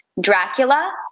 Dracula